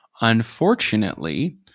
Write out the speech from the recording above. Unfortunately